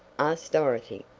asked dorothy.